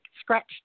scratched